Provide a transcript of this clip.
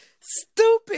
Stupid